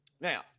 Now